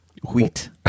Wheat